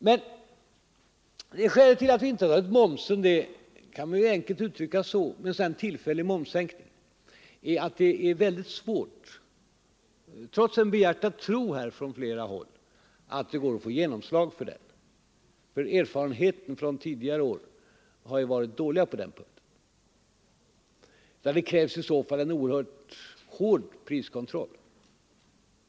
Men skälet till att vi inte har rört momsen och föreslagit en tillfällig momssänkning är, enkelt uttryckt, att det är väldigt svårt — trots en behjärtad tro här från flera håll — att få genomslag för detta. Erfarenheterna från tidigare år är ju dåliga på den punkten. Det hade i så fall krävt en oerhörd prisövervakning.